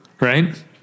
right